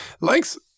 Likes